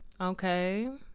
okay